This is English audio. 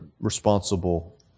responsible